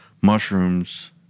mushrooms